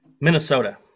Minnesota